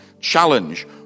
Challenge